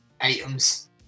items